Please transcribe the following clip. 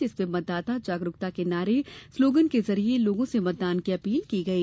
जिसमें मतदाता जागरूकता के नारे स्लोगन के जरिए लोगों से मतदान की अपील की गई